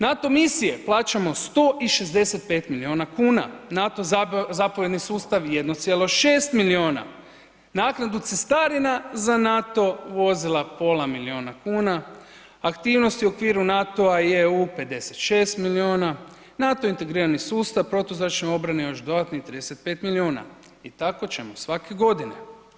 NATO misije plaćamo 165 milijuna kuna, NATO zapovjedni sustav 1,6 milijuna, naknadu cestarina za NATO vozila pola milijuna kuna, aktivnosti u okviru NATO-a i EU 56 milijuna, NATO integrirani sustav protuzračne obrane još dodatnih 35 milijuna i tako ćemo svake godine.